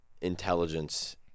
intelligence